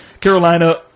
Carolina